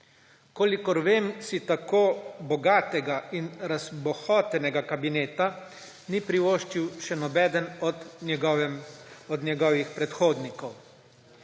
Kolikor vem, si tako bogatega in razbohotenega kabineta ni privoščil še nobeden od njegovih predhodnikov,